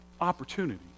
opportunity